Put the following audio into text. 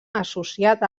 associat